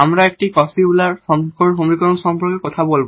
আমরা একটি Cauchy Euler সমীকরণ সম্পর্কে কথা বলা হবে